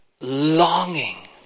longing